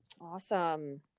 Awesome